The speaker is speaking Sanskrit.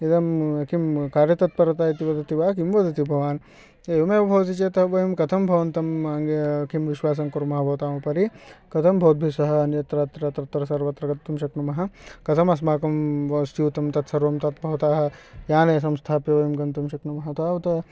इदं किं कार्यतत्परता इति वदति वा किं वदति भवान् एवमेव भवति चेत् वयं कथं भवन्तं किं विश्वासं कुर्मः भवताम् उपरि कथं भवद्भिः सह अन्यत्र तत्र सर्वत्र गन्तुं शक्नुमः कथम् अस्माकं वस्तूयुतं तत् सर्वं तत् भवतः याने संस्थाप्य वयं गन्तुं शक्नुमः तावत्